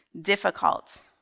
difficult